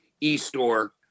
e-store